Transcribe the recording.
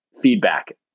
feedback